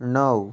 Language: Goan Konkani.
णव